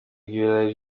ibirayi